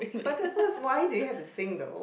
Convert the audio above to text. but at first why do you have to sing though